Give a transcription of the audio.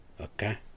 Okay